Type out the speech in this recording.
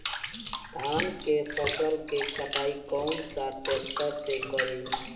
धान के फसल के कटाई कौन सा ट्रैक्टर से करी?